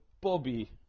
Bobby